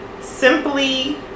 simply